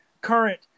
current